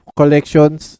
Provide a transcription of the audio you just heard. collections